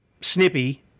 snippy